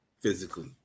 physically